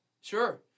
sure